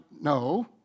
no